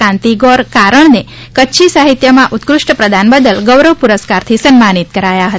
કાંતિ ગોર કારણ ને કચ્છી સાહિત્યમાં ઉત્કૃષ્ટ પ્રદાન બદલ ગૌરવ પુરસ્કારથી સન્માનિત કરાયા હતા